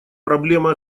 проблема